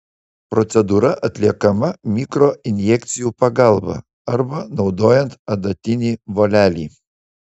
procedūra atliekama mikroinjekcijų pagalba arba naudojant adatinį volelį